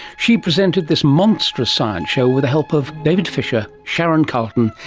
she presented this monstrous science show with the help of david fisher, sharon carleton,